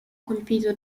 colpito